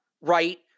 right